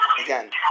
again